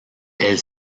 elle